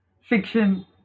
Fiction